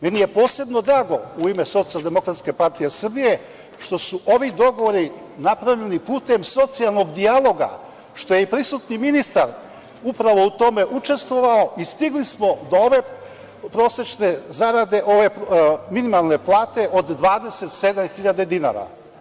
Meni je posebno drago u ime SDPS što su ovi dogovori napravljeni putem socijalnog dijaloga, što je prisutni ministar upravo u tome učestvovao i stigli smo do ove prosečne zarade, ove minimalne plate od 27.000 dinara.